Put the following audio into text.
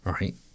Right